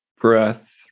breath